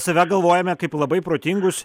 save galvojame kaip labai protingus